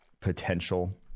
potential